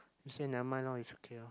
she say never mind lor it's okay lor